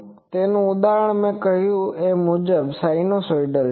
અને તેનું એક ઉદાહરણ મે કહ્યું તુ એ મુજબ સિનુસાઇડલ છે